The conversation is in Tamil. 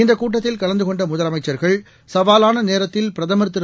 இந்தக் கூட்டத்தில் கலந்து கொண்ட முதலமைச்சர்கள் சவாலான நேரத்தில் பிரதமர் திரு